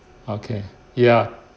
okay ya